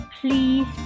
please